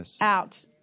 out